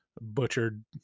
butchered